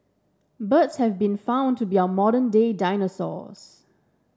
birds have been found to be our modern day dinosaurs